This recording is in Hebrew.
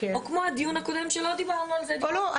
או כמו הדיון הקודם שלא דיברנו על זה --- לא,